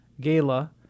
gala